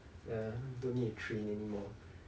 ya don't need training anymore